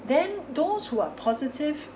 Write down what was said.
then those who are positive